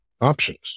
options